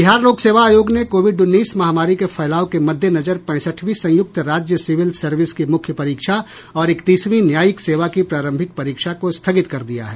बिहार लोक सेवा आयोग ने कोविड उन्नीस महामारी के फैलाव के मद्देनजर पैंसठवीं संयुक्त राज्य सिविल सर्विस की मुख्य परीक्षा और इकतीसवीं न्यायिक सेवा की प्रारंभिक परीक्षा को स्थगित कर दिया है